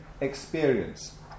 experience